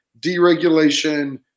deregulation